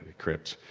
crypt,